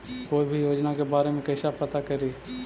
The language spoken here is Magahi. कोई भी योजना के बारे में कैसे पता करिए?